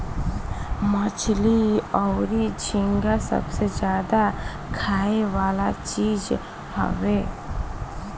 मछली अउरी झींगा सबसे ज्यादा खाए वाला चीज हवे